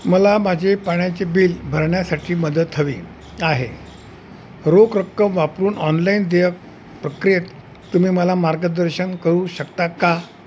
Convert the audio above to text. मला माझे पाण्याचे बिल भरण्यासाठी मदत हवी आहे रोख रक्कम वापरून ऑनलाईन देयक प्रक्रियेत तुम्ही मला मार्गदर्शन करू शकता का